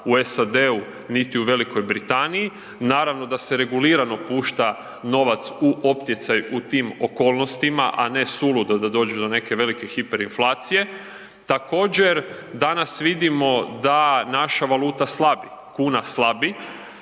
u SAD-u niti u Velikoj Britaniji. Naravno da se regulirano pušta novac u opticaj u tim okolnostima, a ne suludo da dođe do neke velike hiperinflacije. Također danas vidimo da naša valuta slabi, kuna slabi